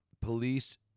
police